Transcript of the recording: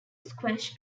squash